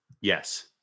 Yes